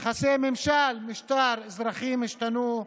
יחסי ממשל-משטר אזרחים השתנו.